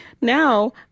now